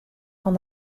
fan